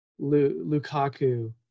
lukaku